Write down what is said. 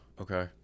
okay